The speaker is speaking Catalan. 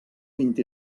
vint